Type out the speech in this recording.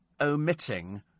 omitting